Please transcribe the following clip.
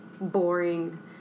boring